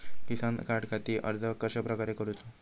किसान कार्डखाती अर्ज कश्याप्रकारे करूचो?